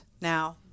Now